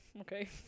Okay